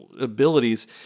abilities